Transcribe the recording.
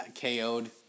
KO'd